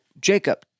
Jacob